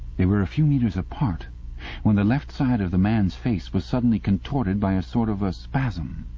they were a few metres apart when the left side of the man's face was suddenly contorted by a sort of ah spasm.